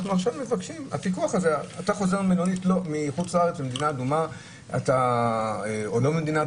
אדם חוזר ממדינה אדומה או לא,